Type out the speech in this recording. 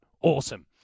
awesome